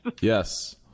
Yes